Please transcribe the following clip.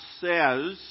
says